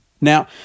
Now